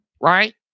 right